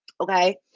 Okay